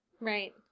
Right